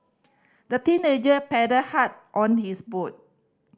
the teenager paddled hard on his boot